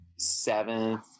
Seventh